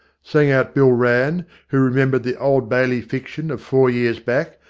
sang out bill rann, who remembered the old bailey fiction of four years back,